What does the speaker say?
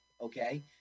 okay